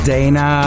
Dana